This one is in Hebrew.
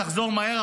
תחזור מהר,